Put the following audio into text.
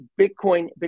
Bitcoin